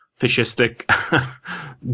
fascistic